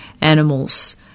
animals